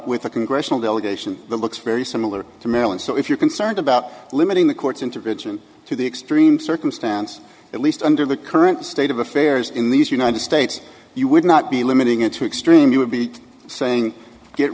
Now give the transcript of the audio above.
with a congressional delegation that looks very similar to maryland so if you're concerned about limiting the court's intervention to the extreme circumstance at least under the current state of affairs in these united states you would not be limiting it to extreme you would be saying get